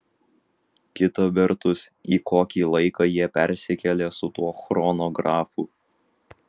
kita vertus į kokį laiką jie persikėlė su tuo chronografu